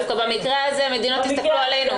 דווקא במקרה הזה מדינות הסתכלו עלינו.